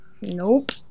Nope